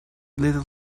little